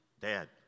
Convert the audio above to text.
Dad